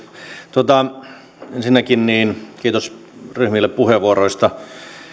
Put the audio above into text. ensinnäkin kiitos ryhmille puheenvuoroista